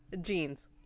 Jean's